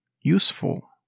useful